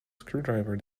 screwdriver